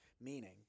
Meaning